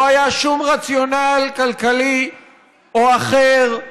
לא היה שום רציונל כלכלי או אחר,